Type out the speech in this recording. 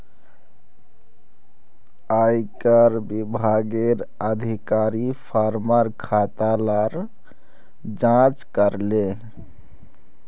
आयेकर विभागेर अधिकारी फार्मर खाता लार जांच करले